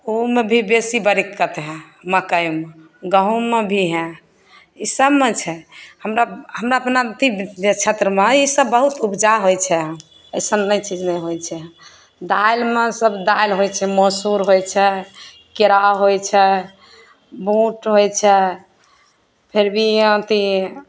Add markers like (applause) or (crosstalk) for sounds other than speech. ओहूमे भी बेसी बरक्कैत हइ मकइमे गहूॅंममे भी हइ ई सभमे छै हमरा हमरा अपना अथी जे क्षेत्रमे ई सभ बहुत उपजा होइ छै अइसन नहि (unintelligible) चीज नहि होइ छै दालिमे सभ दालि होइ छै मसूर होइ छै केराउ होइ छै बूट होइ छै फिर भी अथी